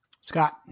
Scott